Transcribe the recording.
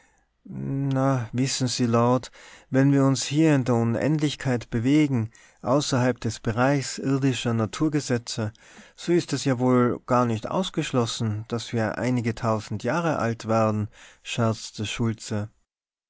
na wissen sie lord wenn wir uns hier in der unendlichkeit bewegen außerhalb des bereichs irdischer naturgesetze so ist es ja wohl gar nicht ausgeschlossen daß wir einige tausend jahre alt werden scherzte schultze